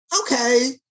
Okay